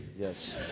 Yes